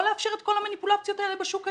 לאפשר את כל המניפולציות האלה בשוק היום.